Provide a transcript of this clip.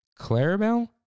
Clarabelle